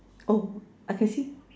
oh I can see